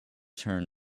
turn